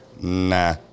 nah